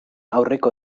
aurreko